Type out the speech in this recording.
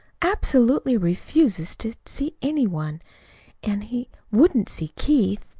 absolutely refuses, to see any one an' he wouldn't see keith,